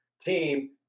team